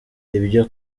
ibyo